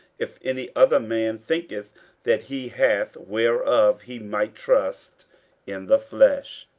if any other man thinketh that he hath whereof he might trust in the flesh,